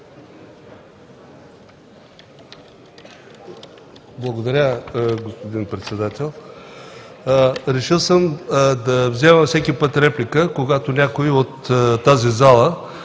Благодаря, господин Председател. Решил съм да вземам всеки път реплика, когато някой от тази зала